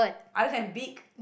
other than beak